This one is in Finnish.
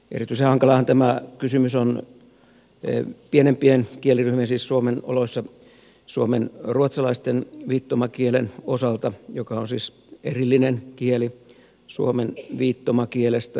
erityisen hankalahan tämä kysymys on pienempien kieliryhmien osalta siis suomen oloissa suomenruotsalaisen viittomakielen joka on erillinen kieli suomalaisesta viittomakielestä